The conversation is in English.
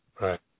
Right